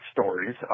stories